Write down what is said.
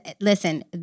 listen